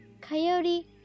Coyote